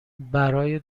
برای